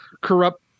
corrupt